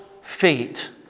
feet